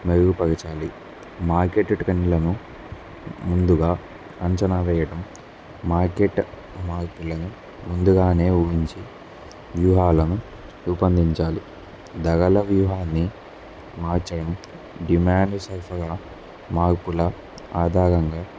మెరుగుపరచాలి మార్కెట్ క్యాండిళ్ళను ముందుగా అంచనా వేయటం మార్కెట్ మదుపులను ముందుగానే ఊహించి వ్యూహాలను రూపొందించాలి ధరల వ్యూహాన్ని మార్చడం డిమాండ్ సరఫరా మార్పుల ఆధారంగా